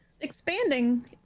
expanding